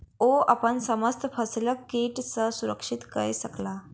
ओ अपन समस्त फसिलक कीट सॅ सुरक्षित कय सकला